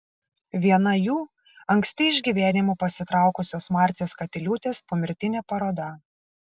viena jų anksti iš gyvenimo pasitraukusios marcės katiliūtės pomirtinė paroda